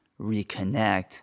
reconnect